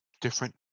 different